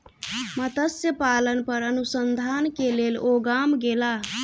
मत्स्य पालन पर अनुसंधान के लेल ओ गाम गेला